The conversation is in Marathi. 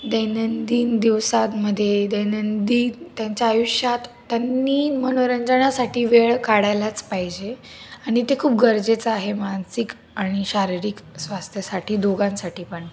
दैनंदिन दिवसांतमधे दैनंदिन त्यांच्या आयुष्यात त्यांनी मनोरंजनासाठी वेळ काढायलाच पाहिजे आणि ते खूप गरजेचं आहे मानसिक आणि शारीरिक स्वास्थ्यासाठी दोघांसाठी पण